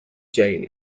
jail